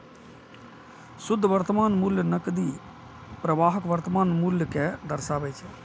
शुद्ध वर्तमान मूल्य नकदी प्रवाहक वर्तमान मूल्य कें दर्शाबै छै